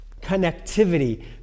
connectivity